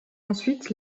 ensuite